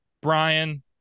Brian